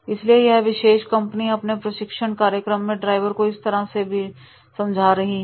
इसलिए यह विशेष कंपनी अपने प्रशिक्षण कार्यक्रम मैं ड्राइवर को इस तरह के वीडियो से समझा रही हैं